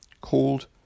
called